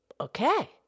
Okay